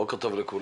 בוקר טוב לכולם.